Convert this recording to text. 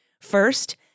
First